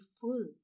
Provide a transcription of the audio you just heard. full